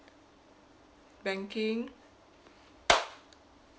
banking